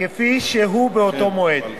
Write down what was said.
כפי שהוא באותו מועד,